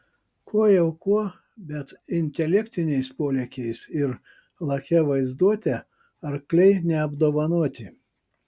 kuo jau kuo bet intelektiniais polėkiais ir lakia vaizduote arkliai neapdovanoti